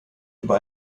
über